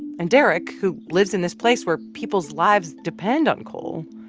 and derek, who lives in this place where people's lives depend on coal,